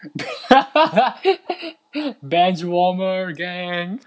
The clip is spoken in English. bench warmer gang